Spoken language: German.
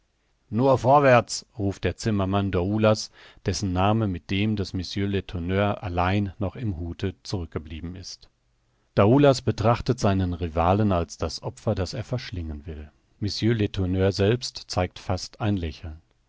nur vorwärts ruft der zimmermann daoulas dessen name mit dem des mr letourneur allein noch im hute zurückgeblieben ist daoulas betrachtet seinen rivalen als das opfer das er verschlingen will mr letourneur selbst zeigt fast ein lächeln